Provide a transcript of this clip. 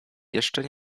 jeszcze